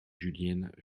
julienne